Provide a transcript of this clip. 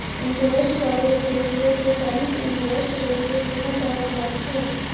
interest coverage रेशियोके times interest ratio सेहो कहल जाइत छै